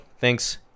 thanks